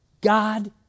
God